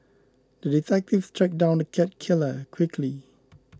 the detective tracked down the cat killer quickly